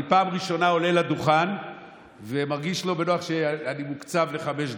אני פעם ראשונה עולה לדוכן ומרגיש לא בנוח שאני מוקצב לחמש דקות,